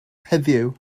heddiw